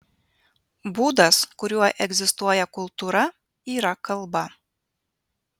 būdas kuriuo egzistuoja kultūra yra kalba